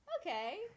okay